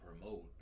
promote